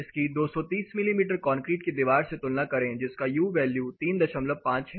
इसकी 230 मिमी कंक्रीट की दीवार से तुलना करें जिसका U वैल्यू 35 है